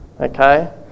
Okay